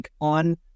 on